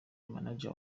manager